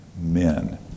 men